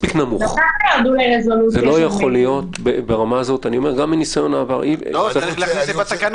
בחצר של בית כנסת יש הוראה בתקנה